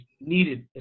needed